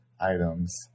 items